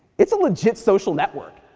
it's a legit social network.